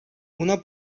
una